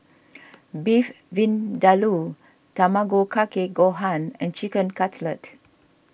Beef Vindaloo Tamago Kake Gohan and Chicken Cutlet